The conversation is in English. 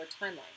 timeline